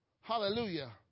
Hallelujah